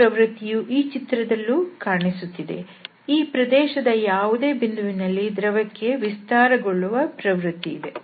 ಈ ಪ್ರವೃತ್ತಿಯು ಈ ಚಿತ್ರದಲ್ಲೂ ಕಾಣಿಸುತ್ತಿದೆ ಈ ಪ್ರದೇಶದ ಯಾವುದೇ ಬಿಂದುವಿನಲ್ಲಿ ದ್ರವಕ್ಕೆ ವಿಸ್ತಾರಗೊಳ್ಳುವ ಪ್ರವೃತ್ತಿ ಇದೆ